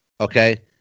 Okay